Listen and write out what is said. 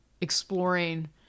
exploring